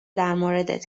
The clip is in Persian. درموردت